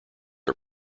are